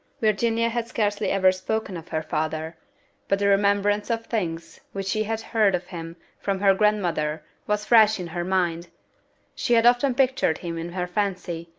virginia had scarcely ever spoken of her father but the remembrance of things which she had heard of him from her grandmother was fresh in her mind she had often pictured him in her fancy,